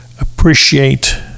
appreciate